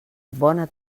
bona